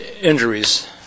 injuries